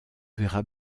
verra